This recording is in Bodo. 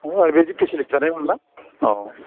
औ बिदि फिसिलिटि थानाय मोनबा औ